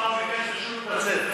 השר גם ביקש רשות לצאת.